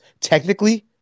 technically